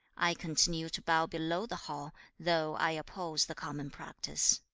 i continue to bow below the hall, though i oppose the common practice